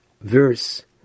verse